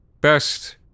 Best